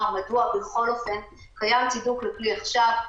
מדוע בכל אופן קיים צידוק לכלי עכשיו.